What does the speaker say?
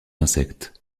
insectes